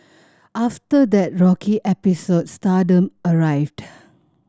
after that rocky episode stardom arrived